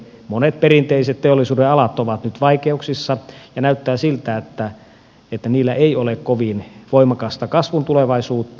monet perinteiset teollisuudenalat ovat nyt vaikeuksissa ja näyttää siltä että niillä ei ole kovin voimakasta kasvun tulevaisuutta